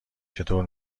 چطور